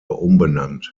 umbenannt